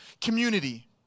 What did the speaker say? community